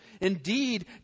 Indeed